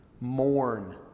Mourn